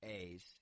A's